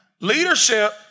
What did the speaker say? Leadership